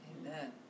Amen